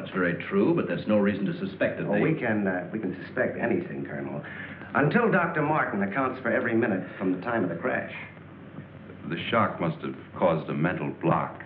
that's great true but there's no reason to suspect that weekend that we can suspect anything colonel until dr martin account for every minute from the time of the crash the shock was to cause the mental block